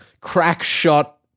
crack-shot